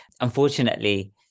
unfortunately